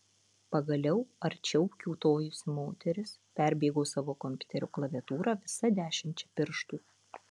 pagaliau arčiau kiūtojusi moteris perbėgo savo kompiuterio klaviatūrą visa dešimčia pirštų